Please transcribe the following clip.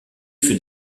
fut